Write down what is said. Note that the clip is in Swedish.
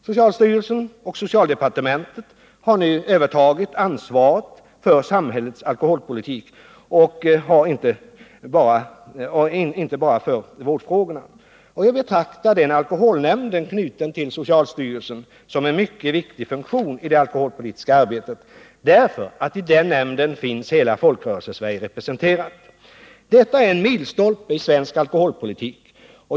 Socialstyrelsen och socialdepartementet har nu övertagit ansvaret för samhällets alkoholpolitik och inte bara för vårdfrågorna. Jag betraktar alkoholnämnden — knuten till socialstyrelsen —- som en mycket viktig funktion i det alkoholpolitiska arbetet, därför att i nämnden finns hela Folkrörelsesverige representerat. Detta är en milstolpe i svensk alkoholpolitik.